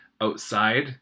outside